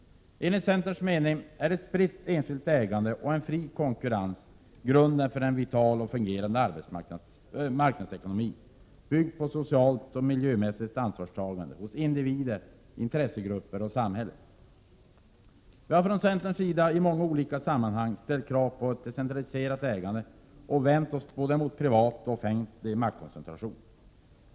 Enligt centerns uppfattning är ett spritt enskilt ägande och en fri konkurrens grunden för en vital och fungerande marknadsekonomi, byggd på socialt och miljömässigt ansvarstagande hos individer, intressegrupper och samhället. Vi har från centerns sida i många olika sammanhang ställt krav på ett decentraliserat ägande och vänt oss mot både privat och offentlig maktkoncentration.